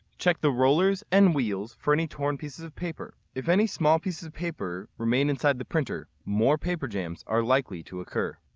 check the rollers and wheels for any torn pieces of paper. if any small pieces of paper remain inside the printer, more paper jams are likely to occur.